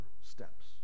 steps